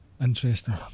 interesting